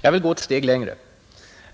Jag vill gå ett steg längre: